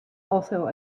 also